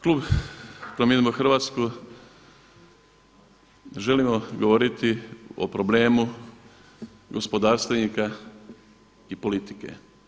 Klub Promijenimo Hrvatsku želimo govoriti o problemu gospodarstvenika i politike.